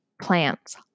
Plants